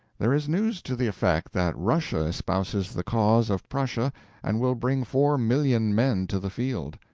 there is news to the effect that russia espouses the cause of prussia and will bring four million men to the field.